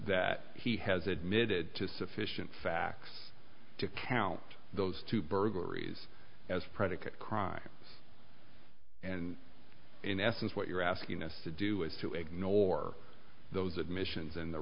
that he has admitted to sufficient facts to count those two burglaries as predicate crime and in essence what you're asking us to do is to ignore those admissions in the